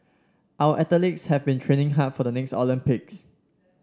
our athletes have been training hard for the next Olympics